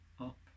up